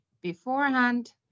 beforehand